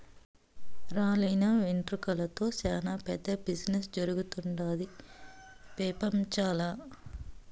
రాలిన వెంట్రుకలతో సేనా పెద్ద బిజినెస్ జరుగుతుండాది పెపంచంల